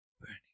burning